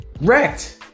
Wrecked